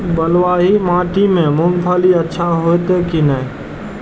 बलवाही माटी में मूंगफली अच्छा होते की ने?